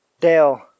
Dale